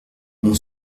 mon